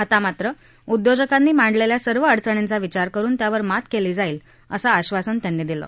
आता मात्र उद्योजकांनी मांडलेल्या सर्व अडचणींचा विचार करून त्यावर मात केली जाईल असं आश्वासन त्यांनी दिलं